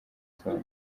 tunga